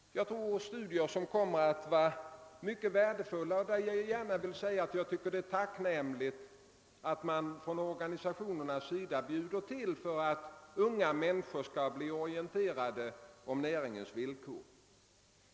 Jag tror att det är studier som kommer att vara mycket värdefulla. Jag tycker det är tacknämligt att man från organisationernas sida bjuder till för att unga människor skall bli orienterade om näringens villkor och möjligheter.